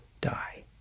die